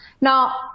Now